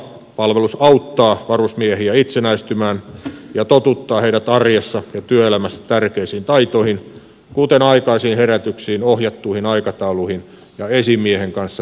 palvelus auttaa varusmiehiä itsenäistymään ja totuttaa heidät arjessa ja työelämässä tärkeisiin taitoihin kuten aikaisiin herätyksiin ohjattuihin aikatauluihin ja esimiehen kanssa toimimiseen